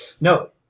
No